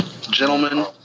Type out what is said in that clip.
gentlemen